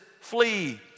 flee